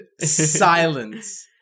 silence